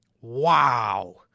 Wow